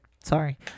Sorry